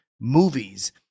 movies